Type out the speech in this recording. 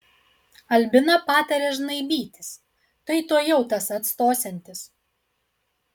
albina patarė žnaibytis tai tuojau tas atstosiantis